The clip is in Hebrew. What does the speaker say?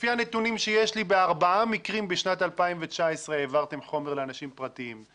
לפי הנתונים שיש לי בארבעה מקרים בשנת 2019 העברתם חומר לאנשים פרטיים.